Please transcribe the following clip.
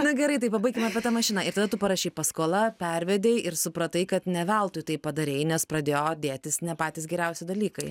na gerai tai pabaikim apie tą mašiną ir tada tu parašei paskola pervedei ir supratai kad ne veltui taip padarei nes pradėjo dėtis ne patys geriausi dalykai